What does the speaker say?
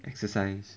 exercise